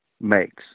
makes